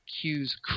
cues